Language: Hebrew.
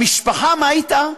המשפחה, מה אתה?